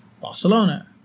Barcelona